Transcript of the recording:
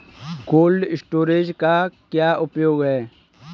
Cold storage का क्या उपयोग है?